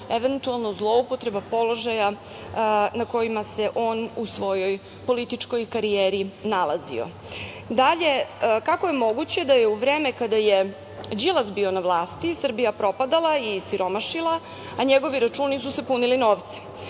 eventualno zloupotreba položaja na kojima se on u svojoj političkoj karijeri nalazio. Dalje, kako je moguće da u vreme kada je Đilas bio na vlasti Srbija propadala i siromašila, a njegovi računi su se punili novcem?